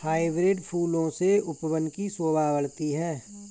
hybrid फूलों से उपवन की शोभा बढ़ती है